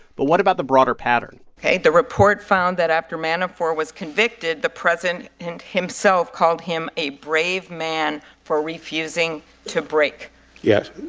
but what about the broader pattern? the report found that after manafort was convicted, the president and himself called him a brave man for refusing to break yes.